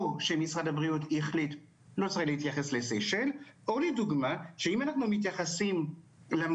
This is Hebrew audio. תוך כדי זה שהיינו שם, ראינו את המחלקות נבנות,